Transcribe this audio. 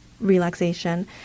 relaxation